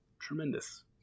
tremendous